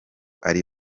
ari